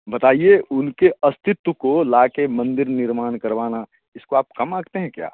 बताइए उनके अस्तित्व को लाके मंदिर निर्माण करवाना इसको आप कम आँकते हैं क्या